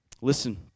Listen